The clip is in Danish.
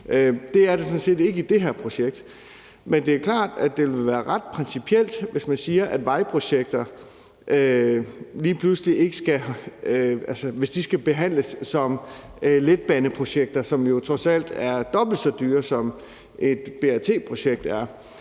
sådan set ikke i det her projekt, men det er klart, at det vil være ret principielt, hvis man siger, at vejprojekter lige pludselig skal behandles som letbaneprojekter, som jo trods alt er dobbelt så dyre, som et BAT-projekt er.